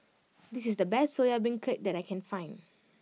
this is the best Soya Beancurd that I can find